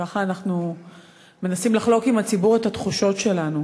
ככה אנחנו מנסים לחלוק עם הציבור את התחושות שלנו.